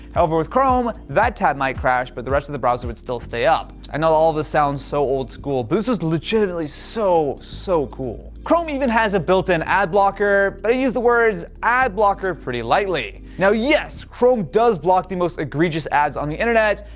however, with chrome that tab might crash, but the rest of the browser would still stay up. i know all of this sounds so old school, but this was legitimately so, so cool. chrome even has a built in ad blocker, but i use the words ad blocker pretty lightly. now, yes, chrome does block the most egregious ads on the internet,